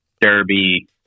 Derby